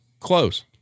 close